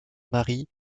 mary